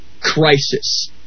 crisis